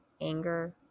anger